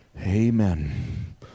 Amen